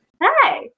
Hi